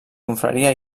confraria